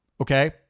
Okay